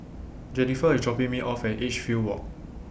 Jennifer IS dropping Me off At Edgefield Walk